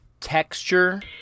texture